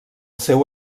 seu